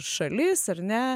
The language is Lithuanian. šalis ar ne